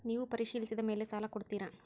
ನೇವು ಪರಿಶೇಲಿಸಿದ ಮೇಲೆ ಸಾಲ ಕೊಡ್ತೇರಾ?